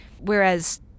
whereas